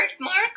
Mark